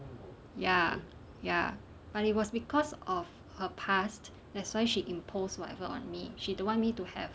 ya ya but it was because of her past that's why she imposed whatever on me she don't want me to have